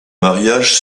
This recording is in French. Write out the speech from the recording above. mariages